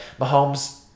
Mahomes –